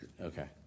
Okay